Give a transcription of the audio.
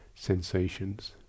sensations